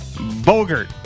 Bogart